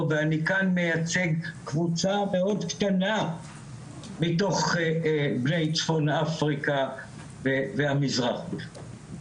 ואני כאן מייצג קבוצה מאוד קטנה מתוך בני צפון אפריקה והמזרח בכלל,